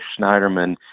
Schneiderman